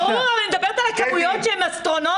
ברור, אני מדברת על כמויות אסטרונומיות.